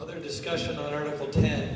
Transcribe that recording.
other discussion about article ten